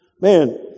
Man